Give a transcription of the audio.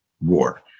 war